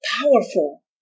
powerful